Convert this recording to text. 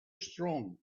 strong